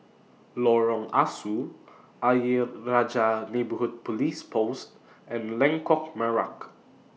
Lorong Ah Soo Ayer Rajah Neighbourhood Police Post and Lengkok Merak